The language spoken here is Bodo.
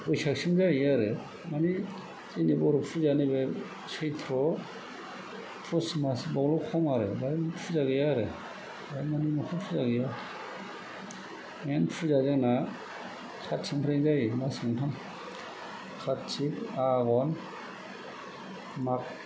बैसागसिम जाहैयो आरो माने जोंनि बर' फुजाया नैबे सैत्र पुष मास बेयावल' खम आरो बेयाव फुजा गैया आरो दामानि फुजा गैया मेइन फुजाया जोंना कार्तिकनिफ्रायनो जायो मास मोनथाम कार्तिक आघोन माघ